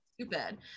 stupid